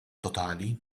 totali